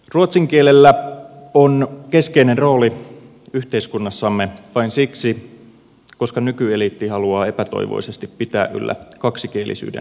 ruotsin kielellä on keskeinen rooli yhteiskunnassamme vain siksi että nykyeliitti haluaa epätoivoisesti pitää yllä kaksikielisyyden kulissia